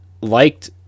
liked